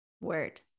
Word